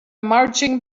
marching